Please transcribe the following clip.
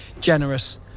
generous